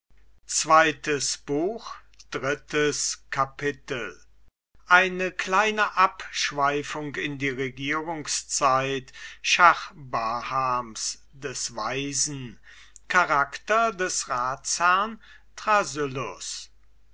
drittes kapitel eine kleine abschweifung in die regierungszeit schah bahams des weisen charakter des ratsherrn